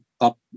up